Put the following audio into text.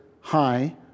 high